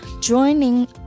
Joining